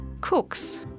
Cooks